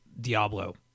Diablo